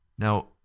Now